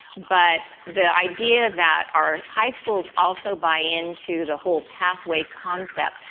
but the idea that our high schools also buy into the whole pathway concept,